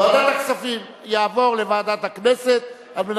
אבל חבר הכנסת שטרית לא הצביע, ואין